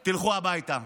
תודה.